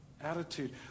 attitude